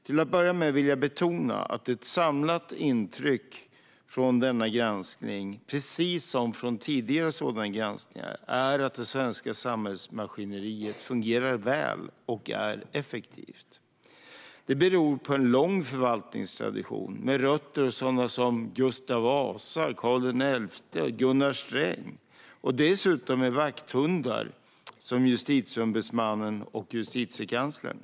Till att börja med vill jag betona att ett samlat intryck från denna granskning, precis som från tidigare sådana granskningar, är att det svenska samhällsmaskineriet fungerar väl och är effektivt. Detta beror på en lång förvaltningstradition med rötter hos sådana som Gustav Vasa, Karl XI och Gunnar Sträng, dessutom med vakthundar som Justitieombudsmannen och Justitiekanslern.